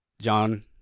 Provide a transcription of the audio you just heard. John